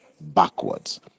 backwards